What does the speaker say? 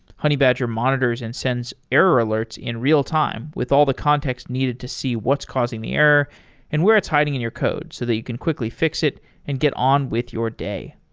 honeybadger monitors and send error alerts in real-time with all the context needed to see what's causing the error and where it's hiding in your code so that you can quickly fix it and get on with your day.